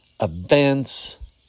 events